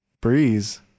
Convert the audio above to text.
breeze